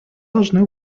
должны